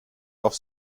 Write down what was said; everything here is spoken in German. auf